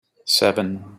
seven